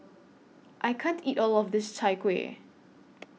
I can't eat All of This Chai Kueh